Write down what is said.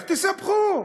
תספחו.